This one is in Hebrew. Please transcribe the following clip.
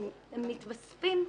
הן מתווספות.